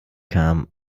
kam